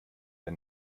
der